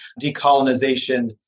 decolonization